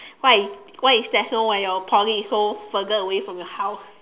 what if what if there's no when your Poly is so further away from your house